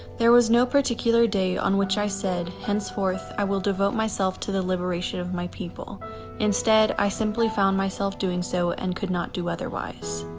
there was no particular day on which i said, henceforth, i will devote myself to the liberation of my people instead, i simply found myself doing so and could not do otherwise.